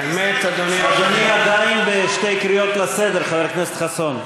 אדוני עדיין בשתי קריאות לסדר, חבר הכנסת חסון.